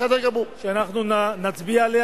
שנצביע עליה,